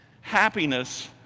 happiness